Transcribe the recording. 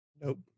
Nope